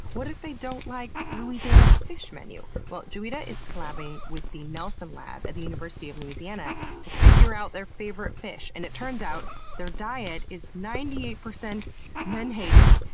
what if they don't like louisiana's fish menu? well, juita is collabing with the nelson lab at the university of louisiana to figure out their favorite fish, and it turns out their diet is ninety eight percent menhaden,